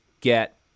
get